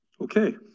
okay